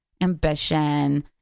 ambition